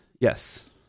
yes